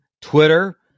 Twitter